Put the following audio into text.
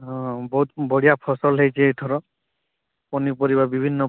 ହଁ ବହୁତ ବଢ଼ିଆ ଫସଲ ହେଇଛି ଏଇଥର ପନିପରିବା ବିଭିନ୍ନ